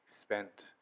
spent